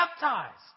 baptized